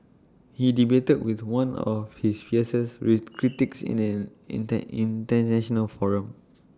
he debated with one of his fiercest with critics in an intern International forum